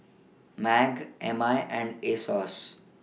MAG M I and Asos